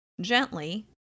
gently